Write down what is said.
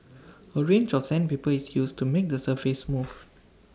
A range of sandpaper is used to make the surface smooth